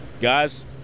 guys